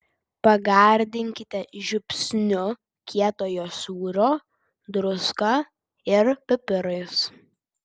pagardinkite žiupsniu kietojo sūrio druska ir pipirais